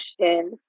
question